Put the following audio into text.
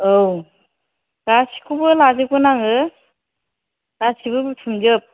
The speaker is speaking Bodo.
औ गासैखौबो लाजोबगोन आङो गासैबो बुथुमजोब